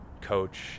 Coach